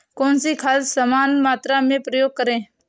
कौन सी खाद समान मात्रा में प्रयोग करें?